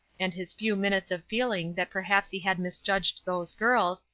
and his few minutes of feeling that perhaps he had misjudged those girls,